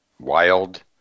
wild